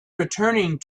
returning